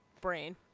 brain